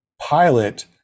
pilot